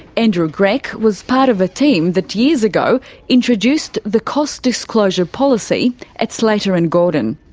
andrew grech was part of a team that years ago introduced the cost disclosure policy at slater and gordon.